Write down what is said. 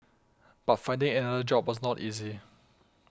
but finding another job was not easy